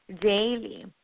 daily